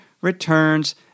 returns